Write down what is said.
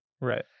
right